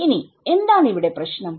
ഇനി എന്താണ് ഇവിടെ പ്രശ്നം